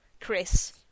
Chris